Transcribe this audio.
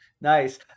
Nice